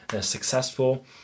successful